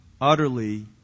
utterly